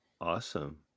Awesome